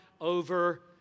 over